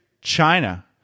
China